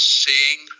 seeing